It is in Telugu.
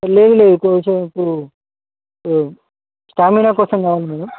లేదు లేదు కొంచెం ఇప్పుడు స్టామినా కోసం కావాలి మేడమ్